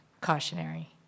cautionary